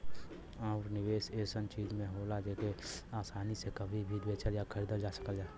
आउर निवेस ऐसन चीज में होला जेके आसानी से कभी भी बेचल या खरीदल जा सके